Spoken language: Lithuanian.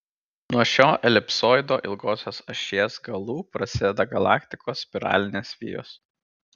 nuo šio elipsoido ilgosios ašies galų prasideda galaktikos spiralinės vijos